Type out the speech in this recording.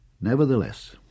Nevertheless